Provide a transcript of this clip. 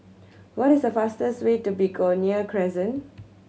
what is the fastest way to Begonia Crescent